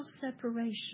separation